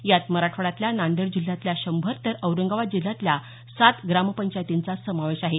यात मराठवाड्यातल्या नांदेड जिल्ह्यातल्या शंभर तर औरंगाबाद जिल्ह्यातल्या सात ग्रामपंचायतींचा समावेश आहे